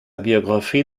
biographie